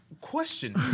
Question